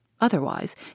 Otherwise